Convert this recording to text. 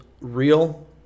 real